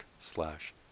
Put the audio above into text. slash